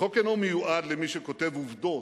החוק אינו מיועד למי שכותב עובדות,